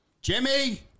Jimmy